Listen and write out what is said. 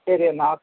ശരി എന്നാൽ ഒ